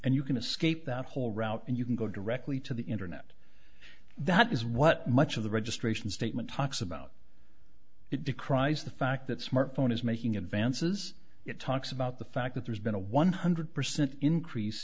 and you can escape that whole route and you can go directly to the internet that is what much of the registration statement talks about it decries the fact that smartphone is making advances it talks about the fact that there's been a one hundred percent increase